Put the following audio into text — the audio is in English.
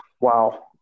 wow